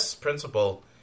principle